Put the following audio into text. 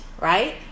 right